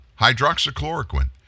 hydroxychloroquine